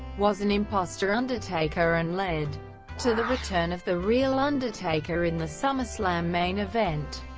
was an impostor undertaker and led to the return of the real undertaker in the summerslam main event,